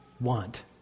want